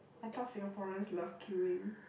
I thought Singaporeans love queuing